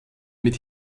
mit